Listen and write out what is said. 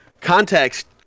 context